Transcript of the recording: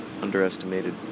Underestimated